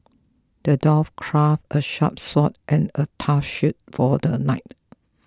the dwarf crafted a sharp sword and a tough shield for the knight